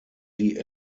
sie